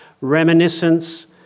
reminiscence